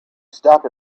stop